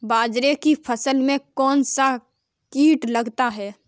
बाजरे की फसल में कौन सा कीट लगता है?